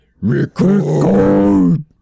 Record